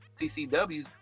CCWs